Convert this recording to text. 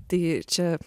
tai čia